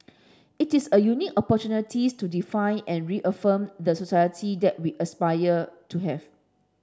it is a unique opportunity to define and reaffirm the society that we aspire to have